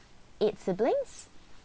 eight siblings